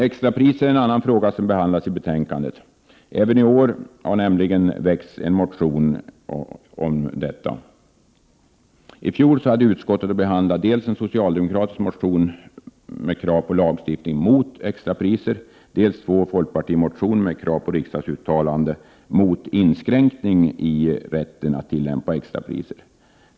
Extrapriserna är en annan fråga som behandlas i betänkandet. Även i år har det nämligen väckts en motion om detta. I fjol hade utskottet att behandla dels en socialdemokratisk motion med krav på lagstiftning mot extrapriser, dels två folkpartimotioner med krav på ett riksdagsuttalande mot inskränkning i rätten att tillämpa extrapriser.